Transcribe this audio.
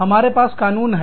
हमारे पास कानून है